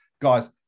Guys